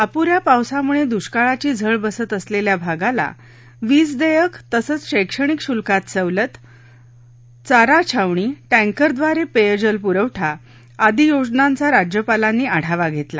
अप्ऱ्या पावसामुळे दृष्काळाची झळ बसत असलेल्या भागाला वीज देयक तसंच शैक्षणिक शुल्कात सवलत चारा छावणी टँकरद्वारे पेयजल पुरवठा आदी योजनांचा राज्यपालांनी आढावा घेतला